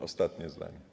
Ostatnie zdanie.